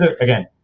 again